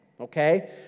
okay